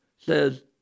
says